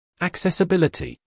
Accessibility